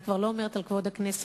אני כבר לא אומרת על כבוד הכנסת,